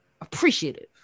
appreciative